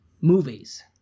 movies